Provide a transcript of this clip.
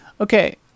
okay